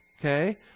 Okay